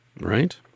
right